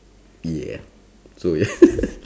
yeah so yeah